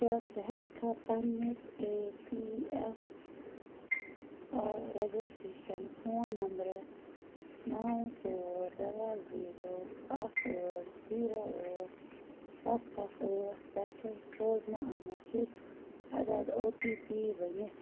کیٛاہ ژٕ ہٮ۪کٕکھا پنٕنِس ایٚے پی ایف اَو رَجسٹریشَن فون نمبرٕ نَو ژور ڈَبَل زیٖرو اَکھ ٲٹھ زیٖرو ٲٹھ سَتھ سَتھ ٲٹھ پٮ۪ٹھٕ سوزنہٕ آمُت شیٚچھ عدد او ٹی پی ؤنِتھ